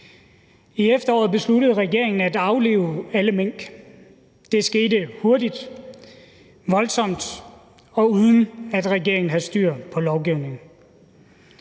I efteråret besluttede regeringen at aflive alle mink. Det skete hurtigt, voldsomt, og uden at regeringen havde styr på lovgivningen.